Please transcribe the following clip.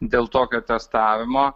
dėl tokio testavimo